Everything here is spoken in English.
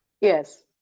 Yes